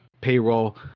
payroll